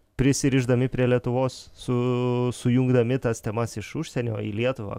prisirišdami prie lietuvos su sujungdami tas temas iš užsienio į lietuvą